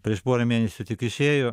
prieš porą mėnesių tik išėjo